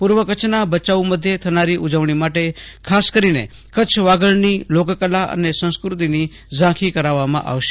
પૂર્વ કચ્છના ભચાઉ મધ્યે થનાર ઉજવણી માટે ખાસ કરીને કચ્છ વાગડની લોકકલા અને સંસ્ક્રતિની ઝાંખી કરાવવામાં આવશે